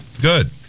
Good